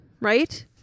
right